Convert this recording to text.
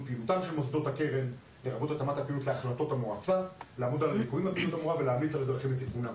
התקנות הובאו מטעם הממשלה משרד האוצר,